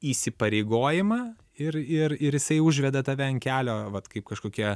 įsipareigojimą ir ir ir jisai užveda tave ant kelio vat kaip kažkokia